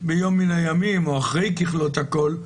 ביום מן הימים או אחרי ככלות הכול,